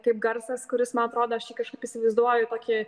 kaip garsas kuris man atrodo aš jį kažkaip įsivaizduoju tokį